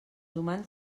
humans